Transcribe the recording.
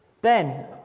Ben